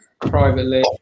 privately